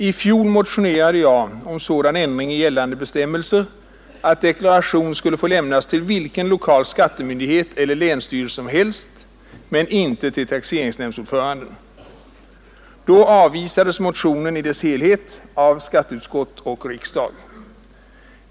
I fjol motionerade jag om en sådan ändring i gällande bestämmelser att deklaration skulle få lämnas till vilken lokal skattemyndighet eller länsstyrelse som helst men inte till taxeringsnämndsordföranden. Då avvisades motionen i sin helhet av skatteutskottet och riksdagen.